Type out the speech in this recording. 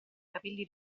capelli